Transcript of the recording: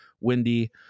windy